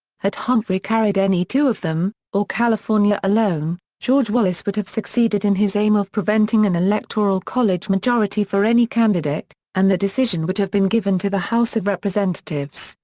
had humphrey carried any two of them, or california alone, george wallace would have succeeded in his aim of preventing an electoral college majority for any candidate, and the decision would have been given to the house of representatives,